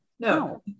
No